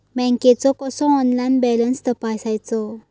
बँकेचो कसो online balance तपासायचो?